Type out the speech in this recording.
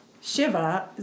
shiva